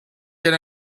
get